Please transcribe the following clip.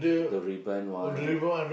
the ribbon one